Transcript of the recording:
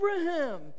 Abraham